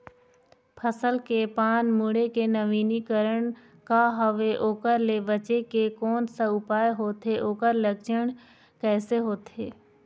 फसल के पान मुड़े के नवीनीकरण का हवे ओकर ले बचे के कोन सा उपाय होथे ओकर लक्षण कैसे होथे?